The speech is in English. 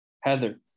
Heather